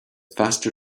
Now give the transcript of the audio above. faster